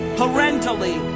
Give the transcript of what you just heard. parentally